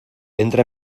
entra